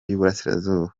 y’uburasirazuba